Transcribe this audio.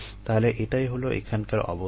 তাহলে এটাই হলো এখানকার অবস্থা